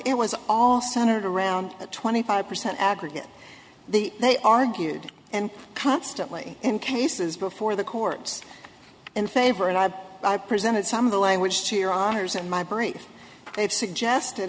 it was all centered around the twenty five percent aggregate the they argued and constantly in cases before the court in favor and i've presented some of the language to your honor's in my brief